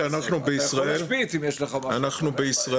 מכתב שאומר שאין מספיק גז לכל מערכת החשמל.